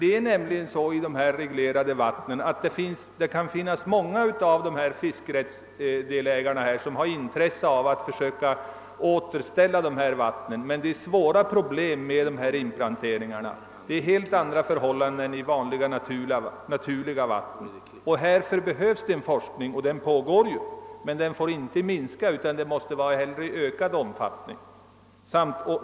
Det är nämligen så att det kan när det gäller dessa reglerade vatten finnas många fiskerättsdelägare som har intresse av att återställa fisket där. Men det möter svåra problem med dessa inplanteringar; det råder helt andra förhållanden än beträffande naturliga vatten. För att lösa dessa problem behövs forskning, och en sådan pågår ju för närvarande. Men den får inte minska utan bör helst bedrivas i ökad omfattning.